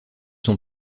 son